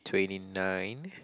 twenty nine